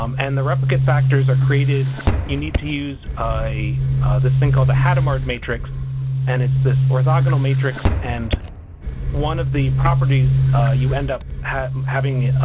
um and the replicate factors are created you need to use this thing called a hadamard matrix and it's this orthogonal matrix. and one of the properties you end up having